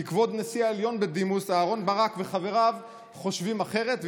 כי כבוד נשיא העליון בדימוס אהרן ברק וחבריו חושבים אחרת,